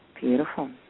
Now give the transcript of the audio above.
Beautiful